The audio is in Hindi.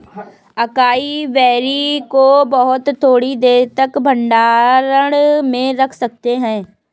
अकाई बेरी को बहुत थोड़ी देर तक भंडारण में रख सकते हैं